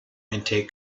intake